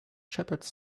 shepherds